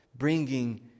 bringing